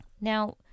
Now